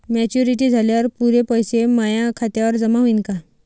Maturity झाल्यावर पुरे पैसे माया खात्यावर जमा होईन का?